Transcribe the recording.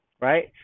right